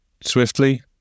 swiftly